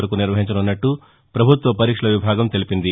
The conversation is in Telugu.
వరకు నిర్వహించనున్నట్లు పభుత్వ పరీక్షల విభాగం తెలిపింది